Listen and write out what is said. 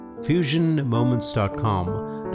FusionMoments.com